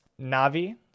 navi